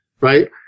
right